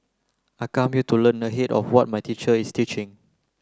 I come here to learn ahead of what my teacher is teaching